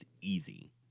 easy